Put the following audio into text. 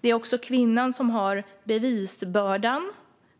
Det är också kvinnan som har bevisbördan